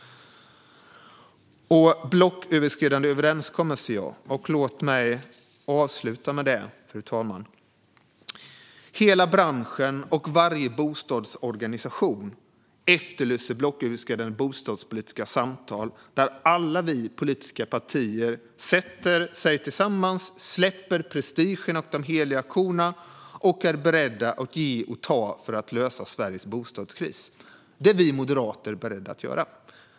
Fru talman! Låt mig tala om blocköverskridande överenskommelser. Hela branschen och varje bostadsorganisation efterlyser blocköverskridande bostadspolitiska samtal där alla vi politiska partier sätter oss tillsammans, släpper prestigen och de heliga korna och är beredda att ge och ta för att lösa Sveriges bostadskris. Det är vi moderater beredda att göra.